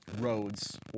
roads